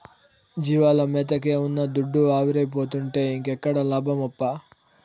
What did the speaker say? జీవాల మేతకే ఉన్న దుడ్డు ఆవిరైపోతుంటే ఇంకేడ లాభమప్పా